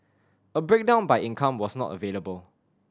a breakdown by income was not available